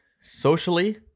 socially